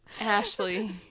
Ashley